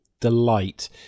delight